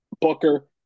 Booker